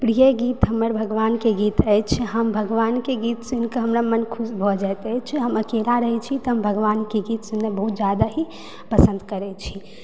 प्रिय गीत हमर भगवान के गीत अछि हम भगवान के गीत सुनिके हमरा मन खुश भऽ जाइत अछि हम अकेला रहै छी तऽ हम भगवान के गीत सुननाइ बहुत जादा ही पसंद करै छी